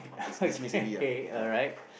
okay alright